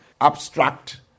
abstract